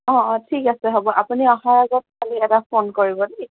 অঁ অঁ ঠিক আছে হ'ব আপুনি আহাৰ আগত খালী এটা ফোন কৰিব দেই